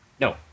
No